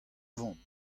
vont